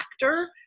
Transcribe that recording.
factor